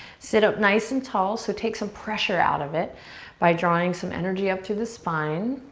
sit up nice and tall. so take some pressure out of it by drawing some energy up through the spine.